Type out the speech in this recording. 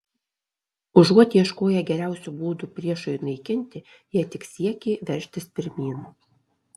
užuot ieškoję geriausių būdų priešui naikinti jie tik siekė veržtis pirmyn